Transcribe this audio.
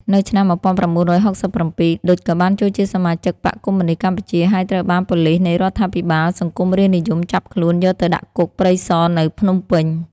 នៅឆ្នាំ១៩៦៧ ឌុច ក៏បានចូលជាសមាជិកបក្សកុម្មុយនីស្តកម្ពុជាហើយត្រូវបានប៉ូលិសនៃរដ្ឋាភិបាលសង្គមរាស្រ្តនិយមចាប់ខ្លួន យកទៅដាក់គុកព្រៃស នៅភ្នំពេញ។